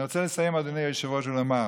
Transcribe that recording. אני רוצה לסיים, אדוני היושב-ראש, ולומר: